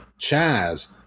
chaz